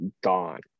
gone